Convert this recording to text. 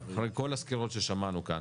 אחרי כל הסקירות ששמענו כאן,